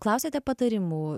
klausiate patarimų